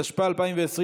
התשפ"א 2020,